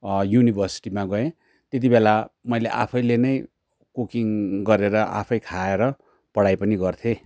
युटिभर्सिटीमा गएँ त्यति बेला मैले आफैले नै कुकिङ गरेर आफै खाएर पढाइ पनि गर्थे